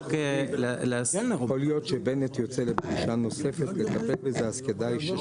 אחרי חוק ההסדרים אבקש ישיבה על נושא התערובת בלבד,